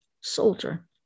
soldier